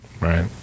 Right